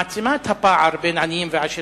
מעצימה את הפער בין עניים ועשירים.